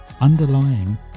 underlying